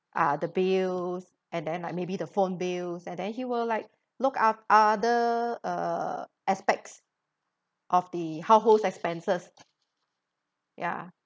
uh the bills and then like maybe the phone bills and then he will like look af~ other aspects of the household expenses ya